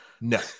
No